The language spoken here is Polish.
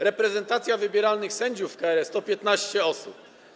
Reprezentacja wybieralnych sędziów KRS to 15 osób.